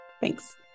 Thanks